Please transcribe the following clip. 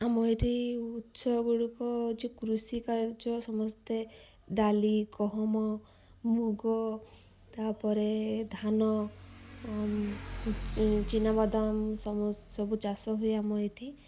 ଆମ ଏଠି ଉତ୍ସ ଗୁଡ଼ିକ ହେଉଛି କୃଷି କାର୍ଯ୍ୟ ସମସ୍ତେ ଡାଲି ଗହମ ମୁଗ ତାପରେ ଧାନ ଚୀନାବାଦାମ ସବୁ ଚାଷ ହୁଏ ଆମ ଏଠି